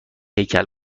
هیکل